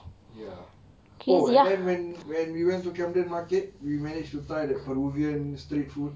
ya oh and then when we went to camden market we managed to try that peruvian street food